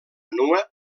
nua